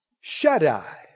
Shaddai